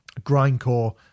grindcore